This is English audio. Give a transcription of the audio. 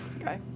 Okay